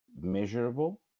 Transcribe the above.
measurable